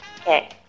Okay